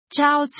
Ciao